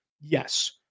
Yes